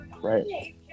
right